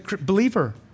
believer